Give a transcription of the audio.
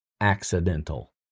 accidental